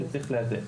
שצריך להדק.